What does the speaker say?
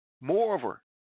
Moreover